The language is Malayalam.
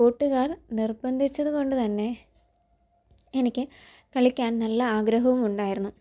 കൂട്ടുക്കാർ നിർബന്ധിച്ചതു കൊണ്ട് തന്നെ എനിക്ക് കളിക്കാൻ നല്ല ആഗ്രഹവും ഉണ്ടായിരുന്നു